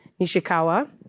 Nishikawa